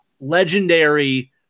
legendary